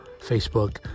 Facebook